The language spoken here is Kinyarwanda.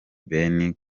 ben